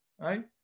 right